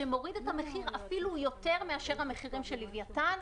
שמוריד את המחיר אפילו יותר מאשר המחירים של לווייתן.